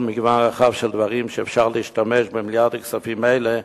מגוון רחב של דברים שאפשר להשתמש למענם במיליארדי שקלים אלה,